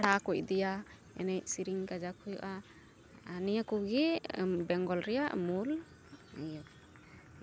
ᱟᱠᱷᱲᱟᱠᱚ ᱤᱫᱤᱭᱟ ᱮᱱᱮᱡ ᱥᱤᱨᱤᱧ ᱠᱟᱡᱟᱠ ᱦᱩᱭᱩᱜᱼᱟ ᱱᱤᱭᱟᱹ ᱠᱚᱜᱮ ᱵᱮᱝᱜᱚᱞ ᱨᱮᱭᱟᱜ ᱢᱩᱞ